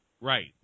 Right